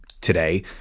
today